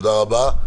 תודה רבה.